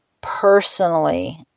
personally